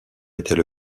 étaient